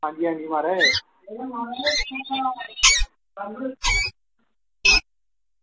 आं जी आं जी म्हाराज